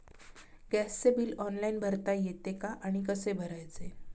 गॅसचे bill online भरता येते का आणि कसे भरायचे?